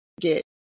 get